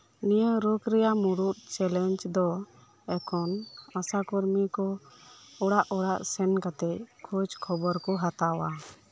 ᱱᱤᱭᱟᱹ ᱨᱳᱜᱽ ᱨᱮᱭᱟᱜ ᱢᱩᱲᱩᱫ ᱪᱮᱞᱮᱧᱡᱽ ᱫᱚ ᱮᱠᱷᱚᱱ ᱟᱥᱟ ᱠᱚᱨᱢᱤ ᱠᱚ ᱚᱲᱟᱜ ᱚᱲᱟᱜ ᱥᱮᱱ ᱠᱟᱛᱮᱫ ᱠᱷᱚᱡ ᱠᱷᱚᱵᱚᱨ ᱠᱚ ᱦᱟᱛᱟᱣᱟ